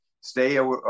stay